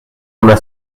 una